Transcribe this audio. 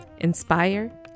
inspire